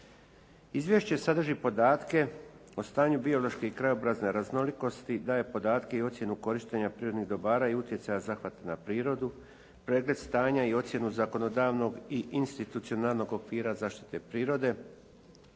Izvješće sadrži podatke o stanju biološke i krajobrazne raznolikosti, daje podatke i ocjenu korištenja prirodnih dobara i utjecaja zahvata na prirodu, pregled stanja i ocjenu zakonodavnog i institucionalnog okvira zaštite prirode,